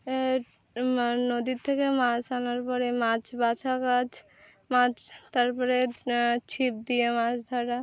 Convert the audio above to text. নদীর থেকে মাছ আনার পরে মাছ বাছা কাজ মাছ তারপরে ছিপ দিয়ে মাছ ধরা